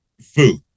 food